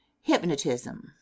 hypnotism